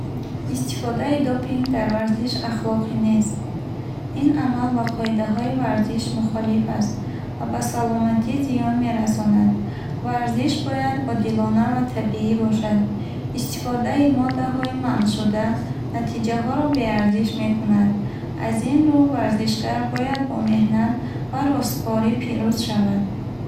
Истифодаи допинг дар варзиш ахлоқӣ нест. Ин амал ба қоидаҳои варзиш мухолиф аст ва ба саломатӣ зиён мерасонад. Варзиш бояд одилона ва табиӣ бошад. Истифодаи моддаҳои манъшуда натиҷаҳоро беарзиш мекунад. Аз ин рӯ, варзишгар бояд бо меҳнат ва росткорӣ пирӯз шавад.